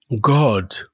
God